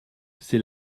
c’est